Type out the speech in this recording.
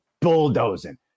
bulldozing